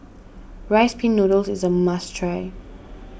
Rice Pin Noodles is a must try